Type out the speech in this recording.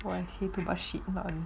I say too much shit